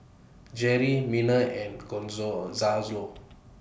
Jerri Miner and